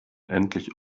endlich